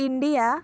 India